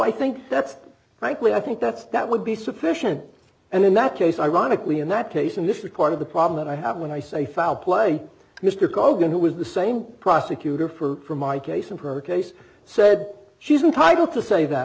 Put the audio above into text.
i think that's frankly i think that's that would be sufficient and in that case ironically in that case and if the court of the problem that i have when i say foul play mr coe going to was the same prosecutor for my case in her case said she's entitled to say that